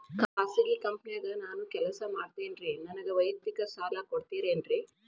ಖಾಸಗಿ ಕಂಪನ್ಯಾಗ ನಾನು ಕೆಲಸ ಮಾಡ್ತೇನ್ರಿ, ನನಗ ವೈಯಕ್ತಿಕ ಸಾಲ ಕೊಡ್ತೇರೇನ್ರಿ?